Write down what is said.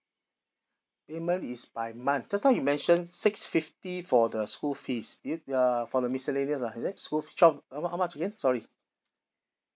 it means it's by month just now you mention six fifty for the school fees i~ uh for the miscellaneous lah is it school fee twelve about how much again sorry